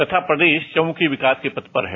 तथा प्रदेश चहुमुंखी विकास के पथ पर है